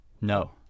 No